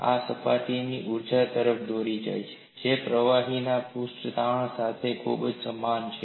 આ સપાટીની ઊર્જા તરફ દોરી જાય છે જે પ્રવાહીના પૃષ્ઠતાણ સાથે ખૂબ સમાન છે